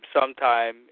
sometime